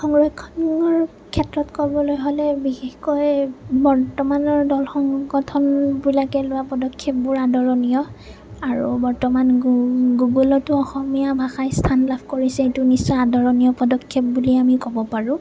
সংৰক্ষণৰ ক্ষেত্ৰত ক'বলৈ হ'লে বিশেষকৈ বৰ্তমানৰ দল সংগঠনবিলাকে লোৱা পদক্ষেপবোৰ আদৰণীয় আৰু বৰ্তমান গু গুগোলতো অসমীয়া ভাষাই স্থান লাভ কৰিছে এইটো নিশ্চয় আদৰণীয় পদক্ষেপ বুলি আমি ক'ব পাৰোঁ